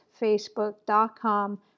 facebook.com